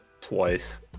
twice